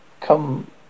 come